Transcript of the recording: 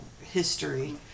history